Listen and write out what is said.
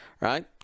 right